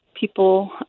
people